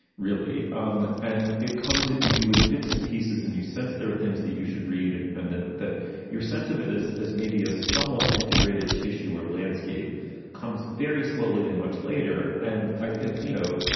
really. um and it comes at you in bits and pieces. and you sense there are things that you should read and and that that your sense of it is as maybe a somewhat integrated tissue or landscape comes very slowly and much later. and i think, you know.